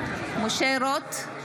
רוט,